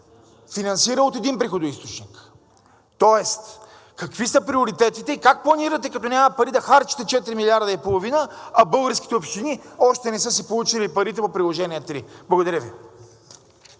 финансира от един приходоизточник. Какви са приоритетите и как планирате, като няма пари, да харчите четири милиарда и половина, а българските общини още не са си получили парите по приложение № 3. Благодаря Ви.